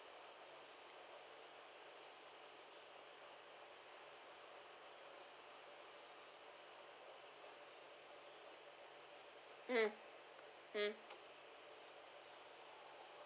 mm mm